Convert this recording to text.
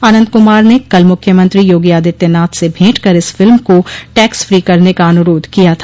आनन्द कुमार ने कल मुख्यमंत्री योगी आदित्यनाथ स भेंट कर इस फिल्म को टैक्स फ्री करने का अनुरोध किया था